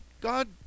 god